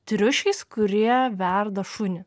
triušiais kurie verda šunį